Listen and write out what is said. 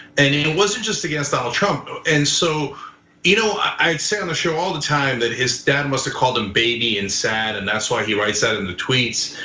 and it wasn't just against donald trump. and so you know i'd said on the show all the time that his dad must have called him baby and sad, and that's why he writes that in the tweets.